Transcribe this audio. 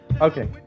Okay